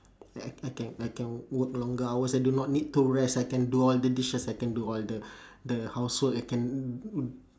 uh I can I can work longer hours I do not need to rest I can do all the dishes I can do all the the house work I can